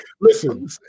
Listen